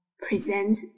Present